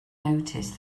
noticed